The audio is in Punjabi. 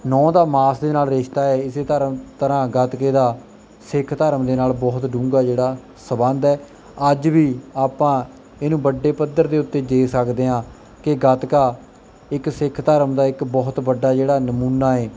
ਨਹੁੰ ਦਾ ਮਾਸ ਦੇ ਨਾਲ ਰਿਸ਼ਤਾ ਇਸ ਧਰਾ ਤਰ੍ਹਾਂ ਗੱਤਕੇ ਦਾ ਸਿੱਖ ਧਰਮ ਦੇ ਨਾਲ ਬਹੁਤ ਡੂੰਘਾ ਜਿਹੜਾ ਸਬੰਧ ਹੈ ਅੱਜ ਵੀ ਆਪਾਂ ਇਹਨੂੰ ਵੱਡੇ ਪੱਧਰ ਦੇ ਉੱਤੇ ਜੇ ਸਕਦੇ ਹਾਂ ਕਿ ਗੱਤਕਾ ਇੱਕ ਸਿੱਖ ਧਰਮ ਦਾ ਇੱਕ ਬਹੁਤ ਵੱਡਾ ਜਿਹੜਾ ਨਮੂਨਾ ਹੈ